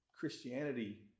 Christianity